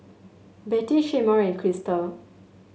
Betty Shemar and Krysta